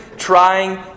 trying